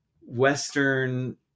Western